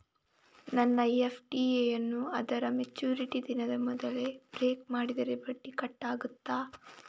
ನನ್ನ ಎಫ್.ಡಿ ಯನ್ನೂ ಅದರ ಮೆಚುರಿಟಿ ದಿನದ ಮೊದಲೇ ಬ್ರೇಕ್ ಮಾಡಿದರೆ ಬಡ್ಡಿ ಕಟ್ ಆಗ್ತದಾ?